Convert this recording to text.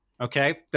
okay